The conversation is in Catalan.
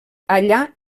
allà